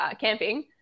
camping